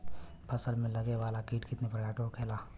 फसल में लगे वाला कीट कितने प्रकार के होखेला?